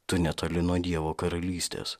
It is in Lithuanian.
tu netoli nuo dievo karalystės